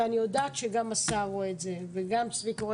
ואני יודעת שגם השר וגם צביקי,